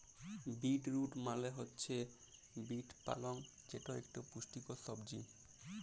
beet root মালে হছে beet পালং যেট ইকট পুষ্টিকর সবজি